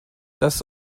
das